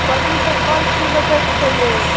कथीसब फल फूल बेचै छिए यइ